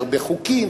הרבה חוקים,